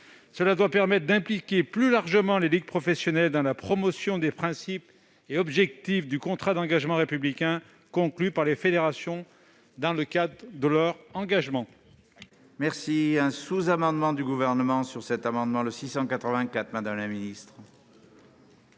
à garantir une implication plus large des ligues professionnelles dans la promotion des principes et des objectifs du contrat d'engagement républicain, conclu par les fédérations dans le cadre de leur agrément.